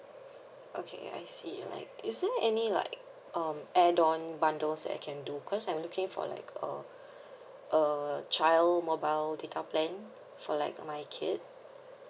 okay I see like is there any like um add on bundles that I can do cause I'm looking for like a a child mobile data plan for like my kid